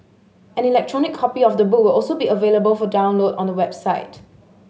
an electronic copy of the book will also be available for download on the website